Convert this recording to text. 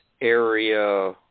area